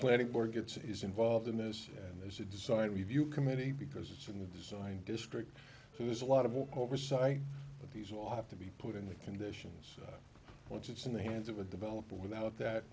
planning board gets is involved in this and there's a design review committee because it's in the design district so there's a lot of all oversight of these off to be put in the conditions once it's in the hands of a developer without that